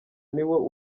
niwo